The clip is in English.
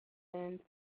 end